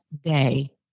day